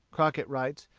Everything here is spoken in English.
crockett writes,